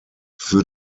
für